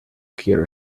quiero